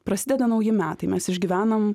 prasideda nauji metai mes išgyvenam